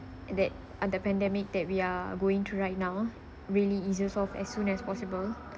that ah that pandemic that we are going through right now really solve as soon as possible